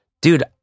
dude